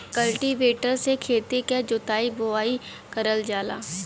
cultivator से खेती क जोताई बोवाई करल जाला